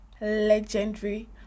legendary